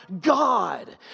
God